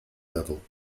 level